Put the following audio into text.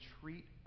treat